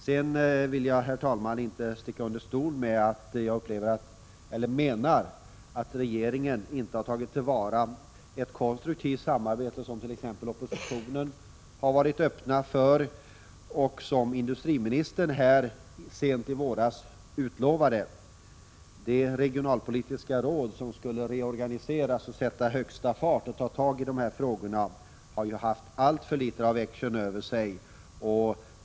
Sedan vill jag, herr talman, inte sticka under stol med att jag menar att regeringen inte har tagit till vara ett konstruktivt samarbete, som exempelvis oppositionen har varit öppen för och som industriministern här, sent i våras, utlovade. Det regionalpolitiska råd som skulle reorganiseras, sätta högsta fart och ta tag i de här frågorna har ju haft alltför litet av aktion över sig.